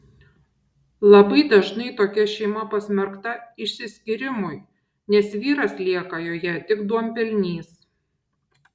labai dažnai tokia šeima pasmerkta išsiskyrimui nes vyras lieka joje tik duonpelnys